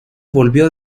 volvió